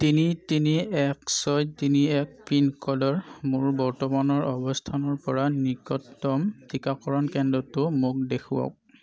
তিনি তিনি এক ছয় তিনি এক পিনক'ডৰ মোৰ বৰ্তমানৰ অৱস্থানৰ পৰা নিকটতম টিকাকৰণ কেন্দ্ৰটো মোক দেখুৱাওক